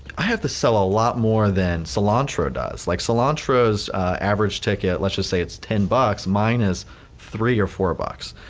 i have to sell a lot more than cilantro does. like cilantro's average takeout let's say it's ten bucks, mine is three to four bucks.